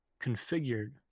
configured